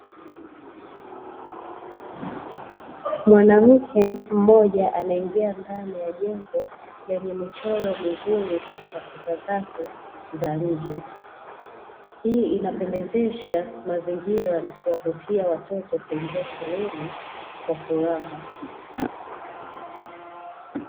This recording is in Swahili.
Mwanamke mmoja, anaingia ndani ya jengo lenye michoro mizuri katika kuta zake za nje. Hii inapendezesha mazingira na kuwavutia watoto kuingia shuleni kwa furaha.